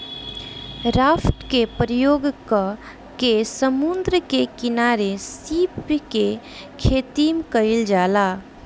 raft के प्रयोग क के समुंद्र के किनारे सीप के खेतीम कईल जाला